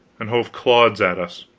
and hove clods at us.